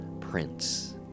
Prince